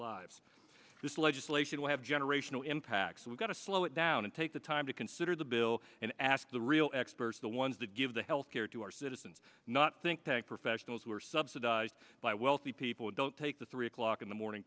lives this legislation will have generational impact so we've got to slow down and take the time to consider the bill and ask the real experts the ones that give the health care to our citizens not think that professionals who are subsidized by wealthy people don't take the three o'clock in the morning